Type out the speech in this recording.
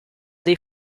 dei